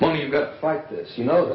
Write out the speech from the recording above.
when you've got like this you know